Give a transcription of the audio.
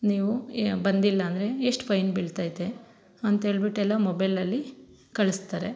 ನೀವು ಏ ಬಂದಿಲ್ಲಾಂದರೆ ಎಷ್ಟು ಫೈನ್ ಬೀಳ್ತೈತೆ ಅಂತೇಳ್ಬಿಟ್ಟು ಎಲ್ಲ ಮೊಬೈಲಲ್ಲಿ ಕಳಿಸ್ತಾರೆ